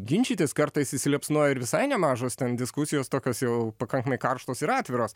ginčytis kartais įsiliepsnoja ir visai nemažos ten diskusijos tokios jau pakankamai karštos ir atviros